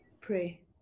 Pray